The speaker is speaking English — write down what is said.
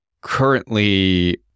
currently